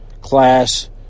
Class